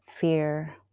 fear